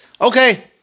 Okay